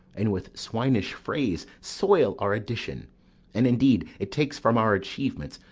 and with swinish phrase soil our addition and, indeed, it takes from our achievements,